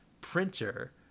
printer